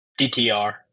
DTR